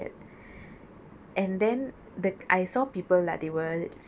because you're so far from the lobby it is so quiet